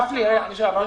הבנקים?